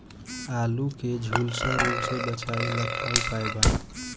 आलू के झुलसा रोग से बचाव ला का उपाय बा?